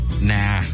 Nah